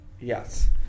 yes